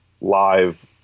live